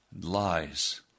lies